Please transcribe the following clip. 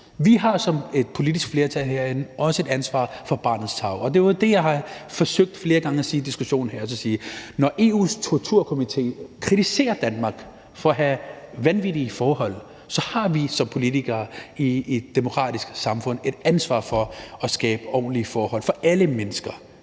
Vi har som politisk flertal herinde også et ansvar for barnets tarv, og det er det, jeg har forsøgt at sige flere gange i diskussionen her, altså at sige: Når Europarådets torturkomité kritiserer Danmark for at have vanvittige forhold, har vi som politikere i et demokratisk samfund et ansvar for at skabe ordentlige forhold for alle mennesker.